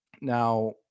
Now